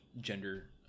gender